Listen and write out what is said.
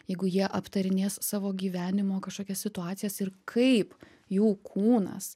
jeigu jie aptarinės savo gyvenimo kažkokias situacijas ir kaip jų kūnas